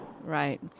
right